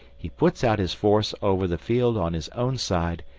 he puts out his force over the field on his own side,